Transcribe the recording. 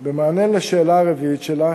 במענה על השאלה הרביעית שלך,